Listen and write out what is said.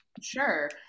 sure